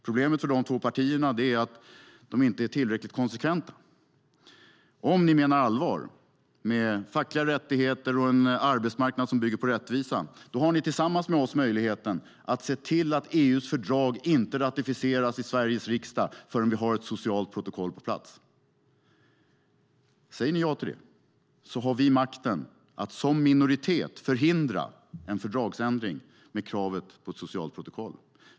Problemet för de två partierna är att de inte är tillräckligt konsekventa. Om ni menar allvar med fackliga rättigheter och en arbetsmarknad som bygger på rättvisa, då har ni tillsammans med oss möjligheten att se till att EU:s fördrag inte ratificeras i Sveriges riksdag förrän vi har ett socialt protokoll på plats. Säger ni ja till det har vi som minoritet makten att förhindra en fördragsändring med kravet på ett socialt protokoll.